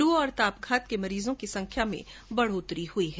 लू और ताप घात के मरीजों की संख्या में बढोतरी हुई है